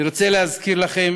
אני רוצה להזכיר לכם